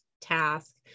task